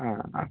ആ ആ